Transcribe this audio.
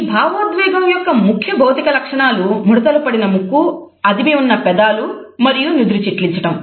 ఈ భావోద్వేగం యొక్క ముఖ్య భౌతిక లక్షణాలు ముడతలు పడిన ముక్కు అదిమి ఉన్నపెదాలూ మరియు నుదురు చిట్లించటం